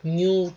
new